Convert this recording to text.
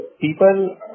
people